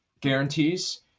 guarantees